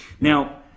now